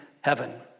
heaven